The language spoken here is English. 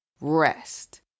rest